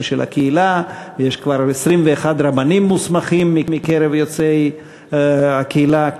של הקהילה ויש כבר 21 רבנים מוסמכים מקרב יוצאי הקהילה.